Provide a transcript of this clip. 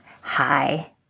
Hi